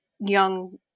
young